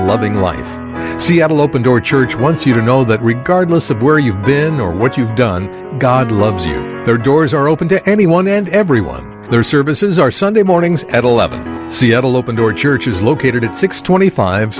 loving life seattle open door church once you know that regardless of where you've been or what you've done god loves you there doors are open to anyone and everyone their services are sunday mornings at eleven seattle open door church is located at six twenty five